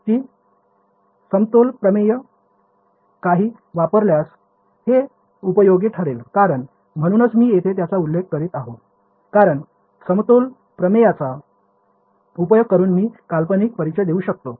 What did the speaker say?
मी समतोल प्रमेय काही वापरल्यास हे उपयोगी ठरेल कारण म्हणूनच मी येथे त्याचा उल्लेख करीत आहो कारण समतोल प्रमेयांचा उपयोग करून मी काल्पनिक परिचय देऊ शकतो